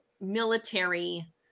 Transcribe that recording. military